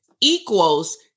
equals